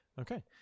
okay